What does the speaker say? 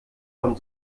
von